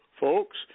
Folks